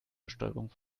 bestäubung